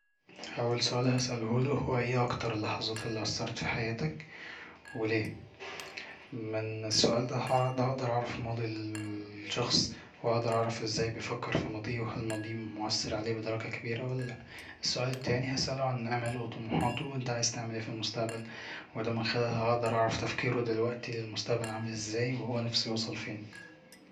اول سؤال هسألهوله هو اي اكتر اللحظات اللي أثرت في حياتك وليه من السؤال دا هقدر اعرف ماضي الشخص وهقدر اعرف ازاي بيفكر في ماضيه وهل ماضيها مؤثر عليه بدرجة كبيرة ولا لا السؤال التاني هساله عن اماله وطموحاته انت عايز تعمل اي فالمستقبل واللي من خلالها هعرف تفكيره دلوقتي للمستقبل عامل ازاي وهو نفسه يوصل فين